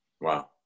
wow